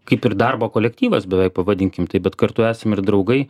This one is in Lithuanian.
kaip ir darbo kolektyvas beveik pavadinkim taip bet kartu esam ir draugai